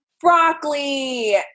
broccoli